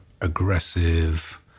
aggressive